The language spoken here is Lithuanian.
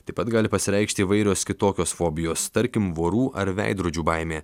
taip pat gali pasireikšti įvairios kitokios fobijos tarkim vorų ar veidrodžių baimė